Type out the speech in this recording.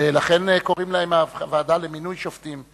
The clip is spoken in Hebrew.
לכן קוראים להם הוועדה למינוי שופטים,